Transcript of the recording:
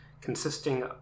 consisting